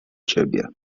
ciebie